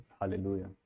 Hallelujah